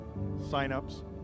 signups